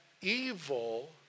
evil